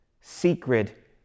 secret